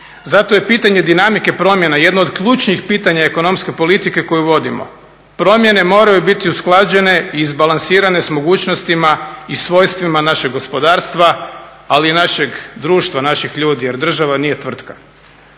Zato je pitanje dinamike promjena jedno od ključnih pitanja ekonomske politike koju vodimo. Promjene moraju biti usklađene i izbalansirane s mogućnostima i svojstvima našeg gospodarstva, ali i našeg društva, naših ljudi, jer država nije tvrtka.